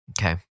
Okay